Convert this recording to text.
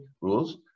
rules